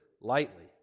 lightly